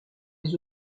les